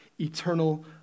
eternal